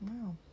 Wow